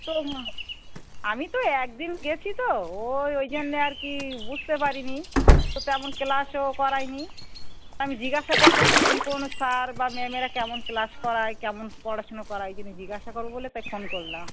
তো আমি তো একদিন গিয়েছি তো ওই ওই জন্য আর কি বুঝতে পারিনি তো তেমন ক্লাসও করাইনি আমি জিজ্ঞাসা করব কোন কোন স্যার বা ম্যামেরা কেমন ক্লাস করায় কেমন পড়াশুনো করায় ওই জন্য জিজ্ঞাসা করব বলে তাই ফোন করলাম